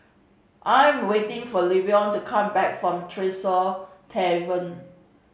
I'm waiting for Levon to come back from Tresor Tavern